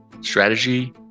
strategy